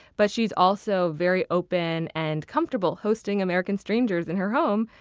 but she's also very open and comfortable hosting american strangers in her home,